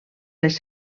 les